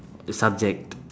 subject